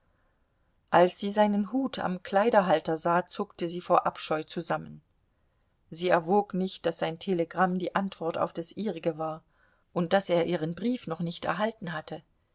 als sie seinen hut am kleiderhalter sah zuckte sie vor abscheu zusammen sie erwog nicht daß sein telegramm die antwort auf das ihrige war und daß er ihren brief noch nicht erhalten hatte